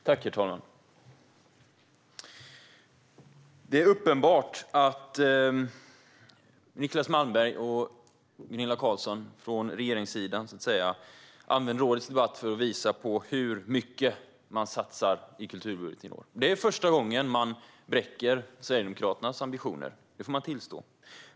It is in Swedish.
Herr talman! Det är uppenbart att Niclas Malmberg och Gunilla Carlsson från regeringssidan använder årets debatt för att visa hur mycket man satsar i kulturbudgeten i år. Det är första gången man bräcker Sverigedemokraternas ambitioner. Det får man tillstå.